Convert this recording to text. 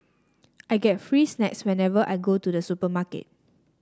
I get free snacks whenever I go to the supermarket